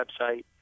website